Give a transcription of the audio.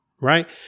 Right